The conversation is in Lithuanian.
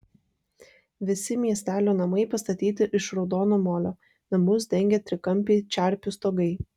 visi miestelio namai pastatyti iš raudono molio namus dengia trikampiai čerpių stogai